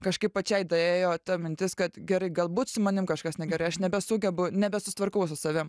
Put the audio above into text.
kažkaip pačiai daėjo ta mintis kad gerai galbūt su manim kažkas negerai aš nebesugebu nebesusitvarkau su savim